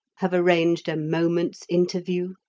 have arranged a moment's interview?